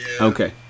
Okay